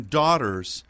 daughters